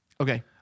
Okay